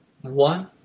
One